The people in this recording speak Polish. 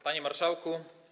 Panie Marszałku!